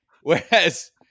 Whereas